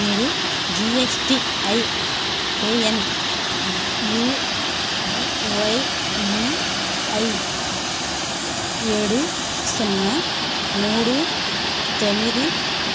మీరు G S T I A N U Y V I ఏడు సున్నా మూడు తొమ్మిది